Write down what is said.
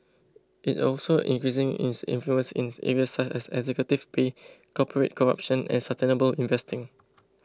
it's also increasing its influence in areas such as executive pay corporate corruption and sustainable investing